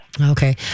okay